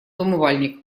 умывальник